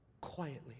quietly